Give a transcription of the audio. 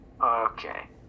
Okay